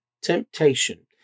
temptation